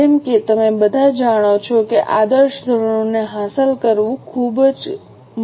જેમ કે તમે બધા જાણો છો કે આદર્શ ધોરણોને હાંસલ કરવું ખરેખર ખૂબ મુશ્કેલ છે